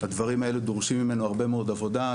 הדברים האלו דורשים ממנו הרבה מאוד עבודה,